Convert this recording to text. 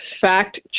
fact